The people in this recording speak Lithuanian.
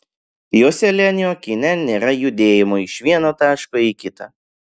joselianio kine nėra judėjimo iš vieno taško į kitą